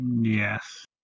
Yes